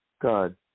God